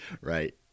Right